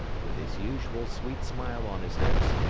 with his usual sweet smile on his lips,